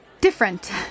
different